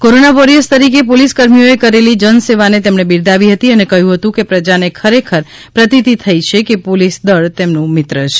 corona warriors તરીકે પોલીસકર્મીઓએ કરેલી જનસેવાને તેમણે બિરદાવી હતી અને કહ્યું હતું કે પ્રજાને ખરેખર પ્રતીતિ થઈ છે કે પોલિસ દળ તેમનુ મિત્ર છે